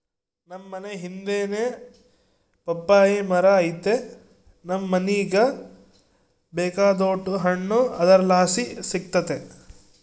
ನಮ್ ಮನೇ ಹಿಂದೆನೇ ಪಪ್ಪಾಯಿ ಮರ ಐತೆ ನಮ್ ಮನೀಗ ಬೇಕಾದೋಟು ಹಣ್ಣು ಅದರ್ಲಾಸಿ ಸಿಕ್ತತೆ